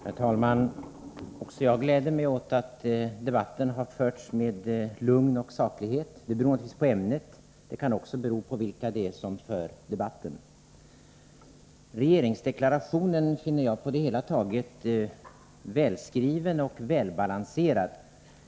Herr talman! Också jag gläder mig åt att debatten har förts med lugn och saklighet. Det beror naturligtvis på ämnet — det kan också bero på vilka det är som för debatten. Regeringsdeklarationen finner jag på det hela taget välskriven och välbalanserad.